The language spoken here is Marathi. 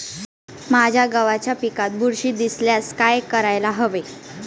माझ्या गव्हाच्या पिकात बुरशी दिसल्यास काय करायला हवे?